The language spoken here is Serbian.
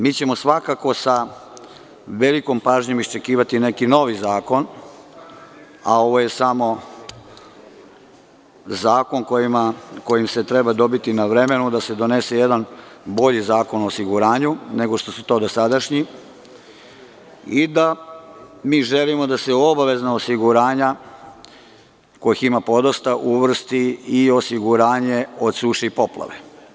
Mi ćemo svakako sa velikom pažnjom iščekivati neki novi zakon, a ovo je samo zakon kojim se treba dobiti na vremenu da se donese jedan bolji Zakon o osiguranju, nego što su to dosadašnji, i da mi želimo da se u obavezna osiguranja, kojih ima podosta, uvrsti i osiguranje od suše i poplave.